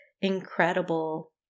incredible